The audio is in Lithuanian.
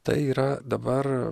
tai yra dabar